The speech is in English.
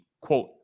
quote